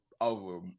over